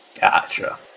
Gotcha